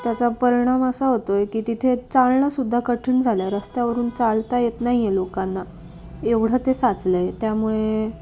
त्याचा परिणाम असा होतोय की तिथे चालणंसुद्धा कठीण झालंय रस्त्यावरून चालता येत नाहीये लोकांना एवढं ते साचलंय त्यामुळे